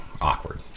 awkward